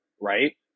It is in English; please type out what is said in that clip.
right